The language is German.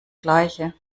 gleiche